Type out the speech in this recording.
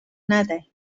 ندهیم